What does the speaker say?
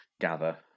gather